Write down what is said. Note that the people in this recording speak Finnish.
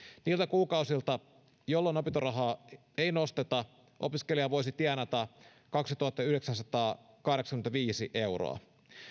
niiltä kuukausilta jolloin opintorahaa ei nosteta opiskelija voisi tienata kaksituhattayhdeksänsataakahdeksankymmentäviisi euroa